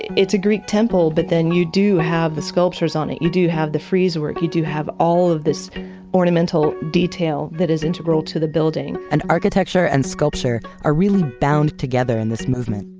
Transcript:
it's a greek temple but then you do have the sculptures on it, you do have the frieze work, you do have all of this ornamental detail that is integral to the building and architecture and sculpture are really bound together in this movement.